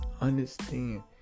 understand